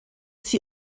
sie